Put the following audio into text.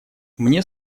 мне